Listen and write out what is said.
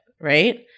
right